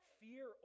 fear